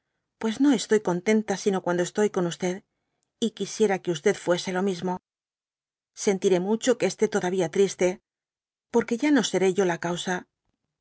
pues no estoy contenta sino cuando estoy con y quisiera que fuese lo mismo sentiré mucho que esté todavía triste por que ya no i dby google seré yo la causa